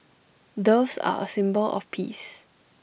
doves are A symbol of peace